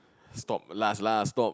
stop last lah stop